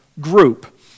group